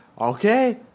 Okay